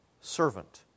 servant